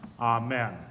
Amen